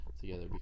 together